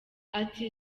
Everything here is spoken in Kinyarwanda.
ati